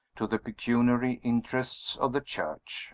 to the pecuniary interests of the church